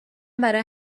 برای